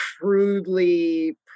crudely